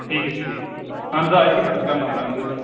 ٹھیٖک حظ چھُ ٹھیٖک اَہَن حظ آ أزۍکہِ پیٚٹھ حظ کَرناوہون اَہَن حظ أسۍ